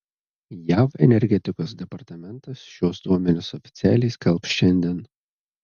jav energetikos departamentas šiuos duomenis oficialiai skelbs šiandien